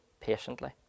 patiently